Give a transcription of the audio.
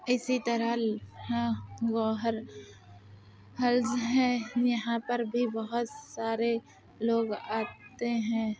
اسی طرح ہاں وہ ہر ہلز ہیں یہاں پر بھی بہت سارے لوگ آتے ہیں